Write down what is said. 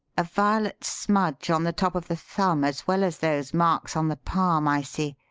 a violet smudge on the top of the thumb as well as those marks on the palm, i see.